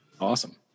Awesome